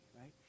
right